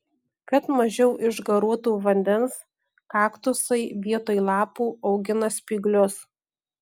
kad mažiau išgaruotų vandens kaktusai vietoj lapų augina spyglius